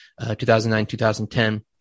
2009-2010